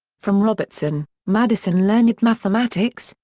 from robertson, madison learned mathematics,